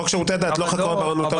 חוק שירותי הדת, לא חוק הרבנות הראשית.